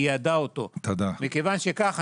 ייעדה אותו, ואת זה כולם יודעים.